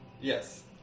Yes